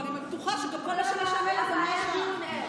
אני בטוחה שגם כל ------ היה דיון ער.